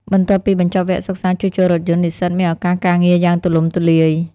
បន្ទាប់ពីបញ្ចប់វគ្គសិក្សាជួសជុលរថយន្ត និស្សិតមានឱកាសការងារយ៉ាងទូលំទូលាយ។